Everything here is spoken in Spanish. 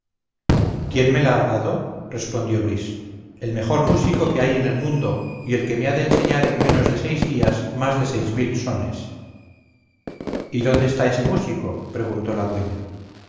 quién me la ha dado respondió luis el mejor músico que hay en el mundo y el que me ha de enseñar en menos de seis días más de seis mil sones y dónde está ese músico preguntó la dueña